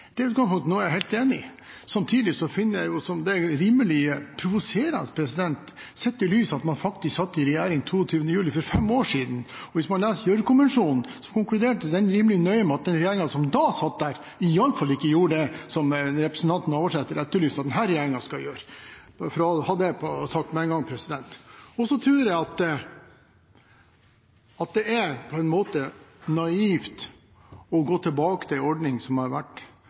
i utgangspunktet noe jeg er helt enig i. Samtidig finner jeg det rimelig provoserende sett i lys av at man faktisk satt i regjering 22. juli for fem år siden. Hvis man leser Gjørv-kommisjonens rapport, konkluderte den rimelig nøye med at den regjeringen som da satt der, iallfall ikke gjorde det som representanten Navarsete etterlyste at denne regjeringen skal gjøre – for å ha det sagt med en gang. Så tror jeg det er naivt å gå tilbake til en ordning som har vært.